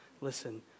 Listen